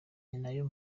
nayo